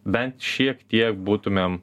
bent šiek tiek būtumėm